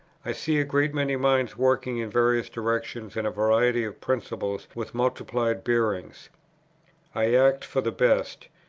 i see a great many minds working in various directions and a variety of principles with multiplied bearings i act for the best.